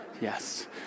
Yes